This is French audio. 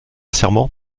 serment